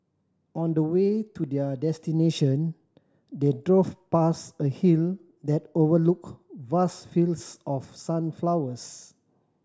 on the way to their destination they drove past a hill that overlooked vast fields of sunflowers